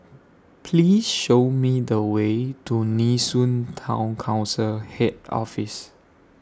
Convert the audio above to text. Please Show Me The Way to Nee Soon Town Council Head Office